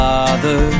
Father